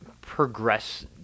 progress